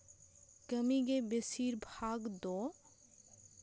ᱠᱟᱹᱢᱤᱜᱮ ᱵᱮᱥᱤᱨ ᱵᱷᱟᱜᱽ ᱫᱚ